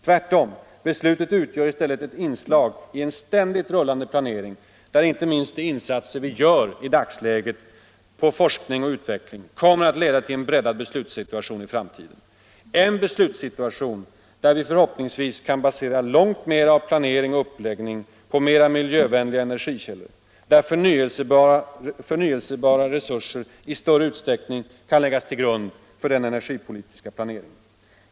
Tvärtom, beslutet utgör i stället ett inslag i en ständigt rullande planering, där inte minst de insatser vi gör i dagsläget på forskning och utveckling kommer att leda till en breddad beslutssituation i framtiden, en beslutssituation där vi förhoppningsvis kan basera långt mer av planering och uppläggning på mera miljövänliga energikällor, där förnyelsebara resurser i större utsträckning kan läggas till grund för den energipolitiska planeringen.